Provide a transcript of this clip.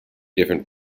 different